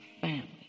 family